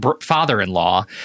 father-in-law